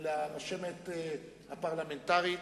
ולרשמת הפרלמנטרית,